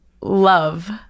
Love